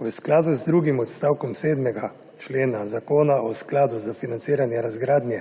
V skladu z drugim odstavkom 7. člena Zakona o skladu za financiranje razgradnje